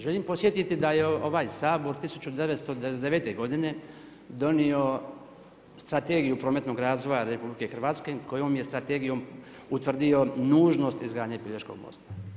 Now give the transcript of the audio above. Želim podsjetiti da je ovaj Sabor 1999. godine donio Strategiju prometnog razvoja RH kojom je strategijom utvrdio nužnost izgradnje Pelješkog mosta.